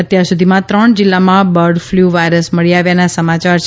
અત્યાર સુધીમાં ત્રણ જીલ્લામાં બર્ડફ્લ્ વાયરસ મળી આવ્યાના સમાચાર છે